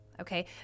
okay